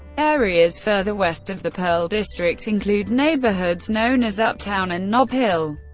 areas further west of the pearl district include neighborhoods known as uptown and nob hill,